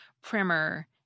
primer